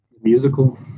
Musical